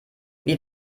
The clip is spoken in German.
wie